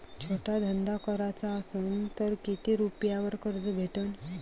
छोटा धंदा कराचा असन तर किती रुप्यावर कर्ज भेटन?